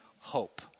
hope